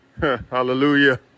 Hallelujah